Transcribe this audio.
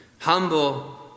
humble